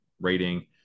rating